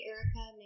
Erica